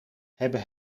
hebben